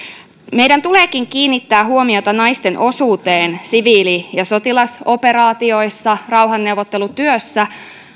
meidän tuleekin kiinnittää huomiota naisten osuuteen siviili ja sotilasoperaatioissa ja rauhanneuvottelutyössä